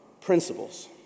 principles